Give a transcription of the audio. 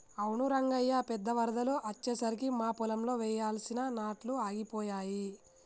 అవును రంగయ్య పెద్ద వరదలు అచ్చెసరికి మా పొలంలో వెయ్యాల్సిన నాట్లు ఆగిపోయాయి